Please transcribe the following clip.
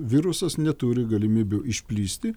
virusas neturi galimybių išplisti